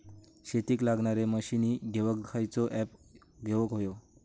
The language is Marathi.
शेतीक लागणारे मशीनी घेवक खयचो ऍप घेवक होयो?